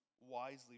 wisely